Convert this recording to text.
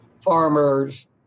farmers